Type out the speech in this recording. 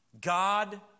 God